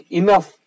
enough